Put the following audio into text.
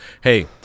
hey